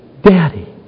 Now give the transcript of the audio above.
Daddy